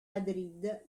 madrid